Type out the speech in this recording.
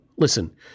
Listen